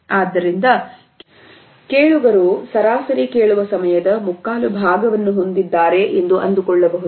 ಆದ್ದರಿಂದ ಕೇಳುಗರು ಸರಾಸರಿ ಕೇಳುವ ಸಮಯದ ಮುಕ್ಕಾಲು ಭಾಗವನ್ನು ಹೊಂದಿದ್ದಾರೆ ಎಂದು ಅಂದುಕೊಳ್ಳಬಹುದು